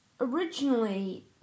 originally